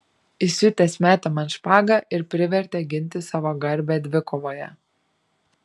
įsiutęs metė man špagą ir privertė ginti savo garbę dvikovoje